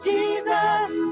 Jesus